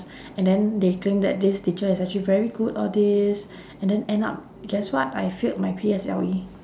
and then they claim that this teacher is actually very good all these and then end up guess what I failed my P_S_L_E